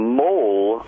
mole